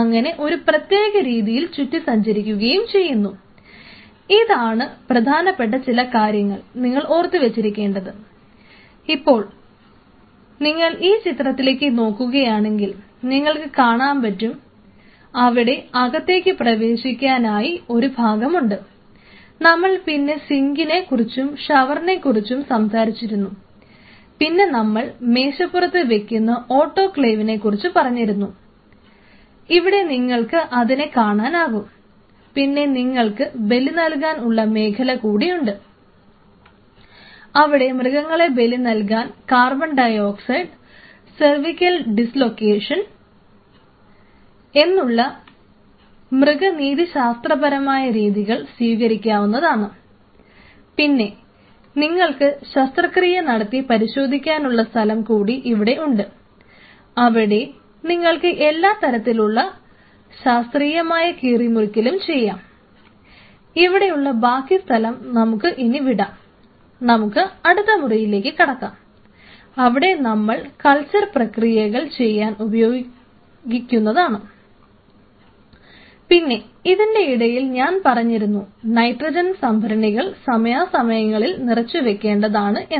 അങ്ങനെ ഒരു പ്രത്യേക രീതിയിൽ ചുറ്റി സഞ്ചരിക്കുകയും ചെയ്യുന്നു സംഭരണികൾ സമയാസമയങ്ങളിൽ നിറച്ചു വയ്ക്കേണ്ടതാണ് എന്ന്